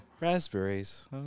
Raspberries